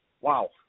Wow